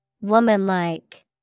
Womanlike